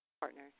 partner